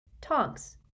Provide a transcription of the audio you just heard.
Tonks